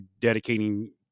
dedicating